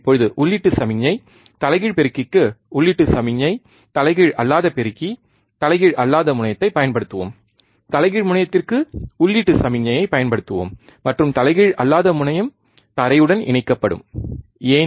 இப்போது உள்ளீட்டு சமிக்ஞை தலைகீழ் பெருக்கிக்கு உள்ளீட்டு சமிக்ஞை தலைகீழ் அல்லாத பெருக்கி தலைகீழ் அல்லாத முனையத்தைப் பயன்படுத்துவோம் தலைகீழ் முனையத்திற்கு உள்ளீட்டு சமிக்ஞையைப் பயன்படுத்துவோம் மற்றும் தலைகீழ் அல்லாத முனையம் தரையுடன் இணைக்கப்படும் ஏன்